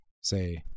say